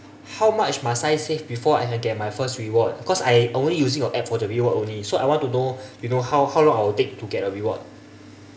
how much must I save before I can get my first reward because I only using your app for the reward only so I want to know you know how how long I will take to get the reward